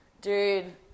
dude